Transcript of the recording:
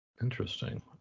Interesting